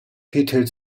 peter